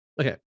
Okay